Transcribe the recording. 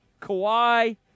Kawhi